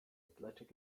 athletic